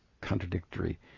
contradictory